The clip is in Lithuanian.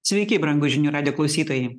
sveiki brangūs žinių radijo klausytojai